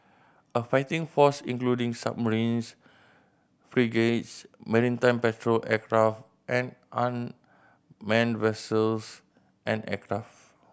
a fighting force including submarines frigates maritime patrol aircraft and unmanned vessels and aircraft